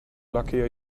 luckier